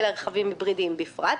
ולרכבים היברידיים בפרט.